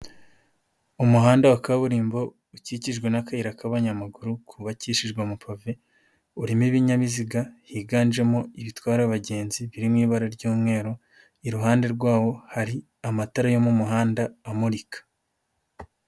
Umuhanda wa kaburimbo ukikijwe n'akayira k'abanyamaguru kubabakishijwe amapave, urimo ibinyabiziga higanjemo ibitwara abagenzi birimo ibara ry'umweru iruhande rwawo hari amatara yo mu muhanda amurika.